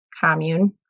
commune